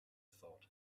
thought